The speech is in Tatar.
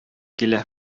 килә